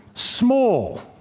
Small